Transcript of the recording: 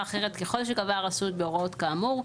אחרת ככל שקבעה הרשות בהוראות כאמור,